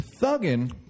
Thuggin